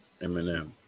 Eminem